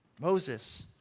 Moses